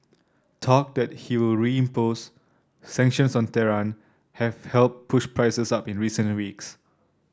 talk that he will reimpose sanctions on Tehran have helped push prices up in recent weeks